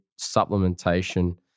supplementation